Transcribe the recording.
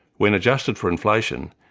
when adjusted for inflation,